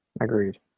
Agreed